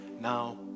now